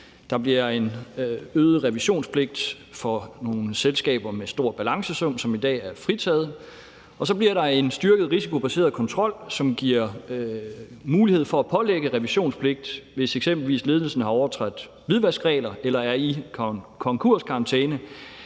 Der bliver en øget revisionspligt for nogle selskaber med stor balancesum, som i dag er fritaget, og så bliver der en styrket risikobaseret kontrol, som giver mulighed for at pålægge revisionspligt, hvis eksempelvis ledelsen har overtrådt hvidvaskregler eller er i konkurskarantæne,